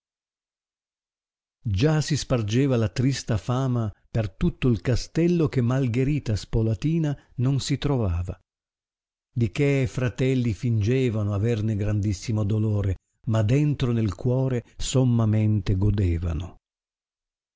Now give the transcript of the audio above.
già si spargeva la trista fama per tutto il castello che malgherita spolatina non si trovava di che e fratelli fingevano averne grandissimo dolore ma dentro del cuore sommamente godevano